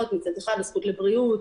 מעביר.